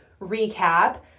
recap